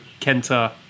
Kenta